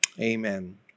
amen